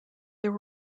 there